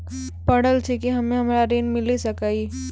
पढल छी हम्मे हमरा ऋण मिल सकई?